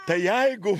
tai jeigu